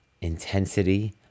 intensity